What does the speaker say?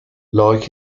like